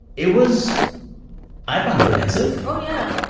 it was i found it offensive oh, yeah.